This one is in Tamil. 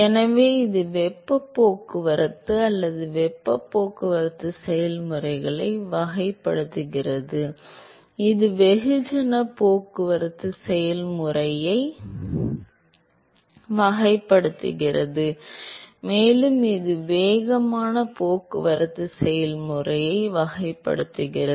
எனவே இது வெப்பப் போக்குவரத்து அல்லது வெப்பப் போக்குவரத்து செயல்முறைகளை வகைப்படுத்துகிறது இது வெகுஜன போக்குவரத்து செயல்முறையை வகைப்படுத்துகிறது மேலும் இது வேகமான போக்குவரத்து செயல்முறையை வகைப்படுத்துகிறது